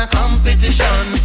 competition